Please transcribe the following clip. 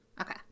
Okay